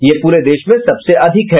यह पूरे देश में सबसे अधिक है